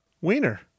wiener